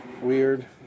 weird